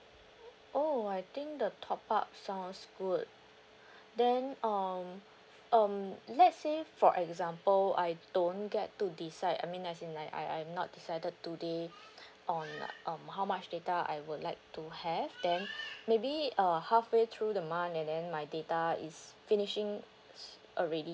oh I think the top up sounds good then um um let's say for example I don't get to decide I mean as in like I I'm not decided today on um how much data I would like to have then maybe err halfway through the month and then my data is finishing s~ already